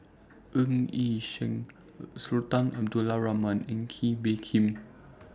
Ng Yi Sheng Sultan Abdul Rahman and Kee Bee Khim